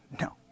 No